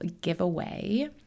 giveaway